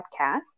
podcast